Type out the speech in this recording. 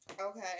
Okay